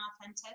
authentic